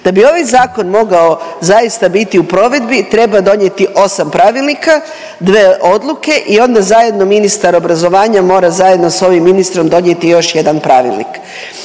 Da bi ovaj zakon mogao zaista biti u provedbi treba donijeti osam pravilnika, dve odluke i onda zajedno ministar obrazovanja mora zajedno sa ovim ministrom donijeti još jedan pravilnik.